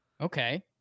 Okay